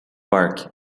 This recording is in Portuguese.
parque